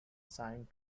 signed